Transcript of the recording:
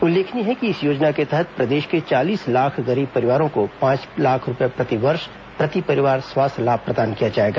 उल्लेखनीय है कि इस योजना के तहत प्रदेश के चालीस लाख गरीब परिवारों को पांच लाख रूपये प्रतिवर्ष प्रति परिवार स्वास्थ्य लाभ प्रदान किया जाएगा